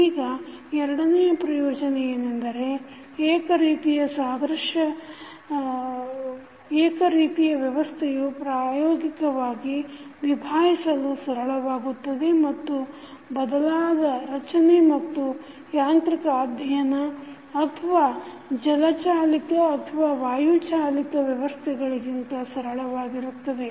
ಈಗ ಎರಡನೆಯ ಪ್ರಯೋಜನ ಏನೆಂದರೆ ಏಕ ರೀತಿಯ ವ್ಯವಸ್ಥೆಯು ಪ್ರಾಯೋಗಿಕವಾಗಿ ನಿಭಾಯಿಸಲು ಸರಳವಾಗುತ್ತದೆ ಮತ್ತು ಬದಲಾದ ರಚನೆ ಮತ್ತು ಯಾಂತ್ರಿಕ ಅಧ್ಯಯನ ಅಥವಾ ಜಲಚಾಲಿತ ಅಥವಾ ವಾಯು ಚಾಲಿತ ವ್ಯವಸ್ಥೆಗಿಂತ ಸರಳವಾಗುತ್ತದೆ